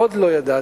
עוד לא ידעתי,